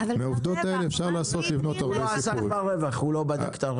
מהעובדות האלה אפשר לבנות הרבה סיפורים --- הוא לא בדק את הרווח,